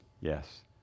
Yes